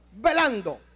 velando